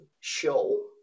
show